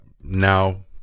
Now